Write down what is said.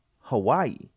Hawaii